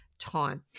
time